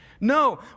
No